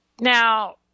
Now